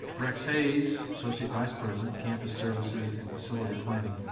rex hays, associate vice president, campus services and facility planning,